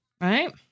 Right